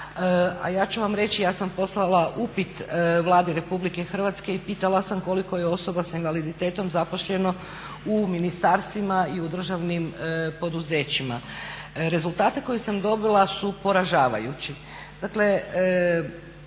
ja ću vam reći ja sam poslala upit Vladi Republike Hrvatske i pitala sam koliko je osoba s invaliditetom zaposleno u ministarstvima i u državnim poduzećima. Rezultate koje sam dobila su poražavajući.